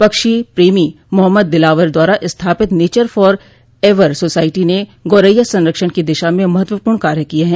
पक्षी प्रेमी मोहम्मद दिलावर द्वारा स्थापित नेचर फॉर एवर सोसाइटी ने गोरैया संरक्षण की दिशा में महत्वपूर्ण कार्य किए हैं